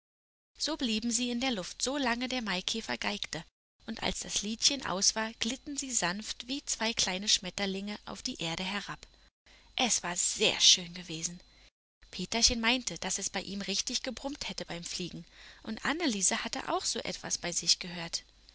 so blieben sie in der luft solange der maikäfer geigte und als das liedchen aus war glitten sie sanft wie zwei kleine schmetterlinge auf die erde herab es war sehr schön gewesen peterchen meinte daß es bei ihm richtig gebrummt hätte beim fliegen und anneliese hatte auch so etwas bei sich gehört